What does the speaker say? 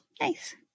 Nice